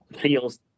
feels